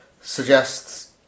suggests